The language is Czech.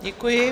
Děkuji.